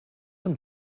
von